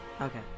Okay